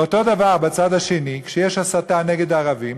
ואותו דבר בצד בשני: כשיש הסתה נגד ערבים